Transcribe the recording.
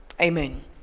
amen